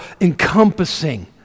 encompassing